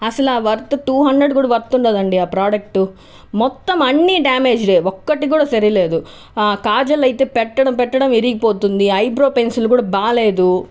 అసలు ఆ worth two hundred కూడా వర్త్ ఉండదు అండి ఆ ప్రోడక్ట్ మొత్తం అన్ని డ్యామేజులే ఒక్కటి కూడా సరిగాలేదు ఆ కాజల్ అయితే పెట్టడం పెట్టడం విరిగిపోతుంది ఐబ్రో పెన్సిల్ కూడా బాగాలేదు